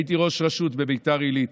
הייתי ראש רשות בביתר עילית,